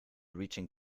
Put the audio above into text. reaching